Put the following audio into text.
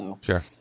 Sure